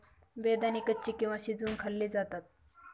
बेदाणे कच्चे किंवा शिजवुन खाल्ले जातात